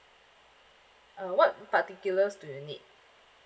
uh what particulars do you need